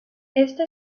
esta